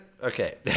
okay